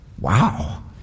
wow